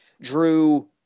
Drew